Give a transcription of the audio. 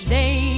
day